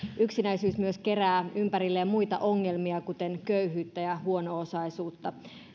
yksinäisyys myös kerää ympärilleen muita ongelmia kuten köyhyyttä ja huono osaisuutta